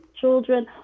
children